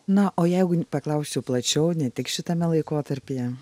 na o jeigu paklausiu plačiau ne tik šitame laikotarpyje